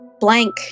blank